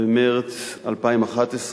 במרס 2011,